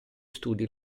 studi